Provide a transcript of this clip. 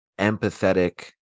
empathetic